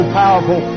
powerful